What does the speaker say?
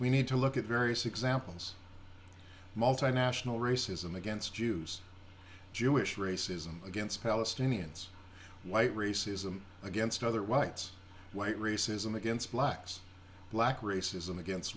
we need to look at various examples multinational racism against jews jewish racism against palestinians white racism against other whites white racism against blacks black racism against